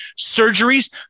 surgeries